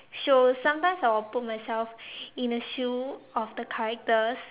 shows sometime I will put myself in the shoe of the characters